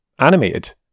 animated